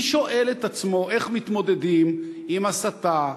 מי שואל את עצמו איך מתמודדים עם הסתה,